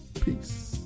Peace